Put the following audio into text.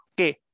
okay